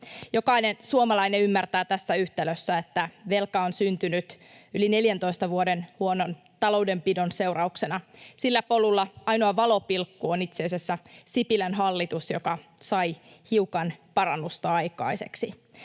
Jokainen suomalainen ymmärtää tässä yhtälössä, että velka on syntynyt yli 14 vuoden huonon taloudenpidon seurauksena. Sillä polulla ainoa valopilkku on itse asiassa Sipilän hallitus, joka sai hiukan parannusta aikaiseksi.